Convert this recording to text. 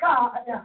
God